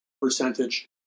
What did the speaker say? percentage